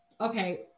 Okay